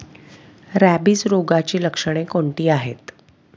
Rabies रोगाची लक्षणे कोणती आहेत?